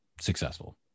successful